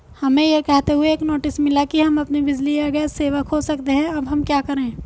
हमें यह कहते हुए एक नोटिस मिला कि हम अपनी बिजली या गैस सेवा खो सकते हैं अब हम क्या करें?